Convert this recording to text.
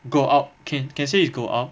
go out can can say it's go out